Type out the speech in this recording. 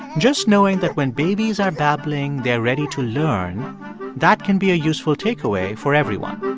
just knowing that when babies are babbling, they're ready to learn that can be a useful takeaway for everyone